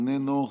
איננו,